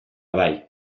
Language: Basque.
bai